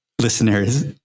listeners